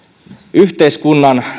yhteiskunnan